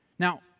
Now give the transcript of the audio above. Now